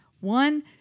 one